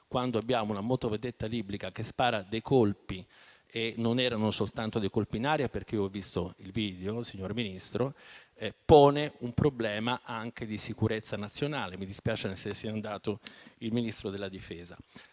quando abbiamo una motovedetta libica che spara dei colpi - e non erano soltanto dei colpi in aria, perché ho visto il video, signor Ministro - si pone un problema anche di sicurezza nazionale. Mi dispiace che se ne sia andato il Ministro della difesa.